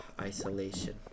Isolation